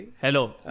Hello